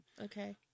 Okay